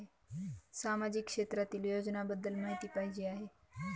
सामाजिक क्षेत्रातील योजनाबद्दल माहिती पाहिजे आहे?